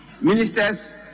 ministers